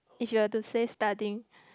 if you have to say studying